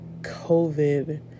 COVID